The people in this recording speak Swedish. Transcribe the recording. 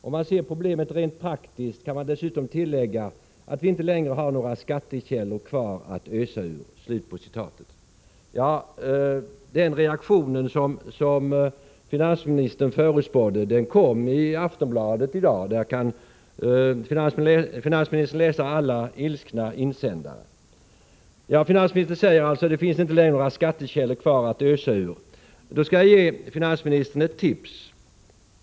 Om man ser problemet rent praktiskt, kan man dessutom tillägga, att vi inte längre har några skattekällor kvar att ösa ur.” Den reaktion som finansministern förutspådde kom i Aftonbladet i dag, och där kan finansministern läsa alla ilskna insändare. Finansministern säger alltså att det inte längre finns några skattekällor kvar att ösa ur. Då skall jag ge finansministern ett tips.